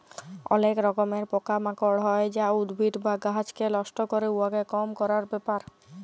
অলেক রকমের পকা মাকড় হ্যয় যা উদ্ভিদ বা গাহাচকে লষ্ট ক্যরে, উয়াকে কম ক্যরার ব্যাপার